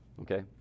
okay